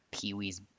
Pee-wee's